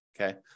okay